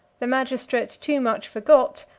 the magistrate too much forgot,